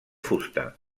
fusta